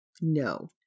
no